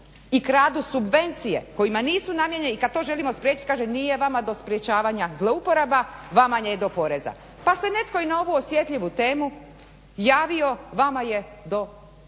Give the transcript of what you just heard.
i kradu subvencije kojima nisu namijenjene i kad to želimo spriječiti kaže nije vama do sprečavanja zlouporaba, vama je do poreza. Pa se netko i na ovu osjetljivu temu javio, vama je do